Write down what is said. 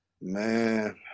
man